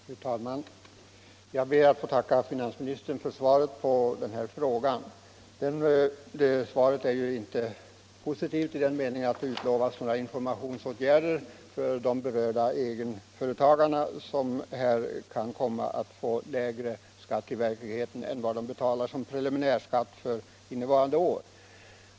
Fru talman! Jag ber att få tacka finansministern för svaret på frågan. Svaret är ju inte positivt i den meningen att det utlovas några infor mationsåtgärder för de berörda egenföretagarna, som här kan komma Nr 138 att få lägre slutlig skatt än vad de betalar i preliminärskatt för innevarande år.